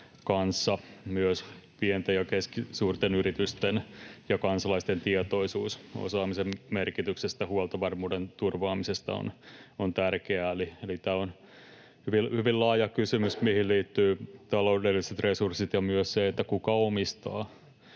Myös pienten ja keskisuurten yritysten ja kansalaisten tietoisuus osaamisen merkityksestä ja huoltovarmuuden turvaamisesta on tärkeää. Eli tämä on hyvin laaja kysymys, mihin liittyvät taloudelliset resurssit ja myös se, kuka omistaa